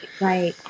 right